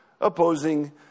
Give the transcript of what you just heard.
opposing